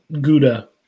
Gouda